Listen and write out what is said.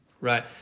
right